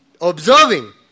Observing